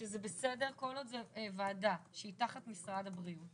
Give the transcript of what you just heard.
שזה בסדר, כל עוד זו ועדה שהיא תחת משרד הבריאות